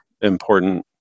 important